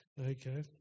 Okay